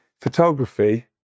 photography